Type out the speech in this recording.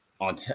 on